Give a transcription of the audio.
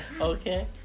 Okay